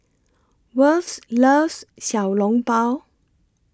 Worth loves Xiao Long Bao